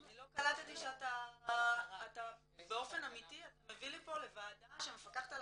אני לא קלטתי שאתה באופן אמיתי מביא לוועדה שמפקחת על